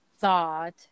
thought